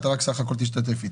רק סך הכול תשתתף איתי.